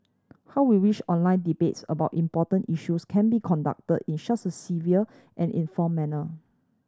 how we wish online debates about important issues can be concluded in such a civil and informed manner